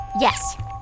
Yes